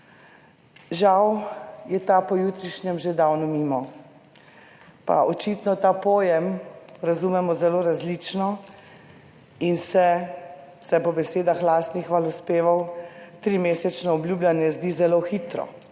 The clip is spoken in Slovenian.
Žal je ta po jutrišnjem že davno mimo, pa očitno ta pojem razumemo zelo različno in se vsaj po besedah lastnih hvalospevov, trimesečno obljubljanje zdi zelo hitro.